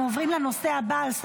אנחנו עוברים לנושא הבא על סדר-היום,